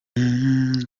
kanda